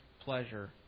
pleasure